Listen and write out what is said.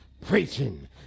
preaching